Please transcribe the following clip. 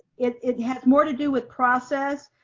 it it has more to do with process.